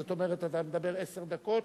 זאת אומרת, אתה מדבר עשר דקות,